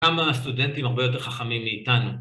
כמה סטודנטים הרבה יותר חכמים מאיתנו.